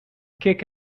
kick